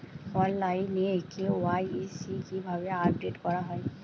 অনলাইনে কে.ওয়াই.সি কিভাবে আপডেট করা হয়?